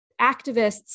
activists